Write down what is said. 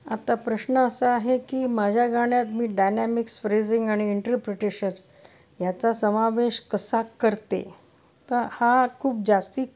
आता प्रश्न असा आहे की माझ्या गाण्यात मी डायनॅमिक्स फ्रेझिंग आणि इंटरप्रिटेशन ह्याचा समावेश कसा करते तर हा खूप जास्ती